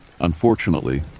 Unfortunately